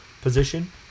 position